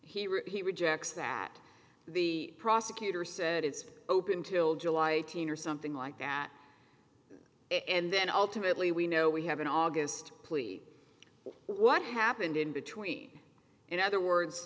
and he rejects that the prosecutor said it's open till july eighteenth or something like that and then ultimately we know we have an august plea what happened in between in other words